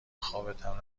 خوابتم